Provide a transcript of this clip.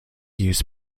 use